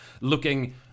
looking